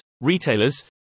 retailers